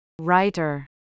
Writer